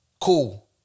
Cool